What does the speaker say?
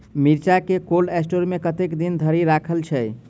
मिर्चा केँ cold store मे कतेक दिन धरि राखल छैय?